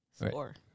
score